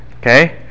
Okay